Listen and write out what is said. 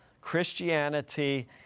Christianity